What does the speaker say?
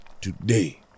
Today